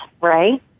right